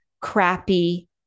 crappy